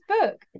book